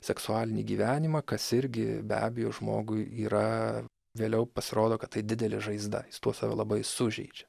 seksualinį gyvenimą kas irgi be abejo žmogui yra vėliau pasirodo kad tai didelė žaizda jis tuo save labai sužeidžia